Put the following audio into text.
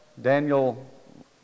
Daniel